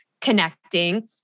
connecting